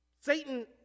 Satan